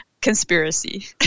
conspiracy